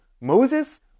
Moses